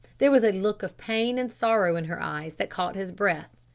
there was a look of pain and sorrow in her eyes that caught his breath.